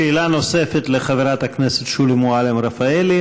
שאלה נוספת לחברת הכנסת שולי מועלם-רפאלי.